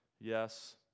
yes